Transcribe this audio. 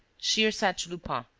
shears said to lupin,